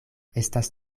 estas